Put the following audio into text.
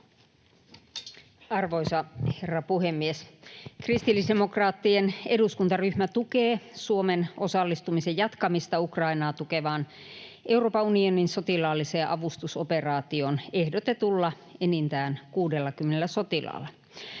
Arvoisa herra puhemies! Kristillisdemokraattien eduskuntaryhmä tukee Suomen osallistumisen jatkamista Ukrainaa tukevaan Europan unionin sotilaalliseen avustusoperaatioon ehdotetulla enintään 60 sotilaalla.